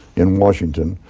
in washington.